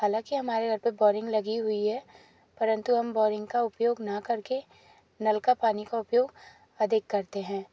हालाँकि हमारे घर पर बोरिंग लगी हुई है परंतु हम बोरिंग का उपयोग न करके नल का पानी का उपयोग अधिक करते हैं